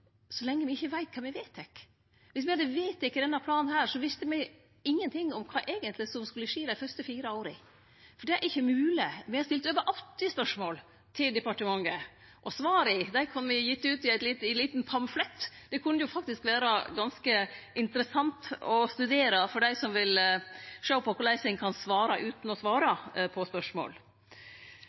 så lenge me ikkje veit kva me vedtek. Viss me hadde vedteke denne planen, hadde me ikkje visst noko om kva som eigentleg skulle skje dei fyrste fire åra. Det er ikkje mogleg. Me har stilt over 80 spørsmål til departementet, og svara kunne ha vore gitt ut i en liten pamflett. Det kunne faktisk vere ganske interessant å studere for dei som vil sjå korleis ein kan svare utan å svare på spørsmål.